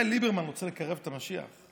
אולי ליברמן רוצה לקרב את המשיח,